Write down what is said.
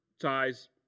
ties